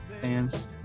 Fans